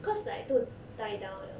cause like 都 die down 了